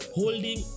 holding